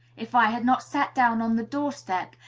if i had not sat down on the door-step,